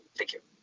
thank you.